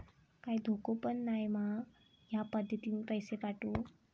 काय धोको पन नाय मा ह्या पद्धतीनं पैसे पाठउक?